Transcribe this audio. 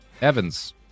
Evans